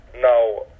now